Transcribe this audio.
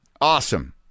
Awesome